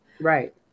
Right